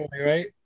right